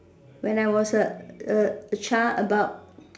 when I was a A child about